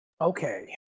Okay